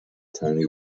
tony